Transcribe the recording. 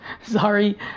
sorry